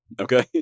Okay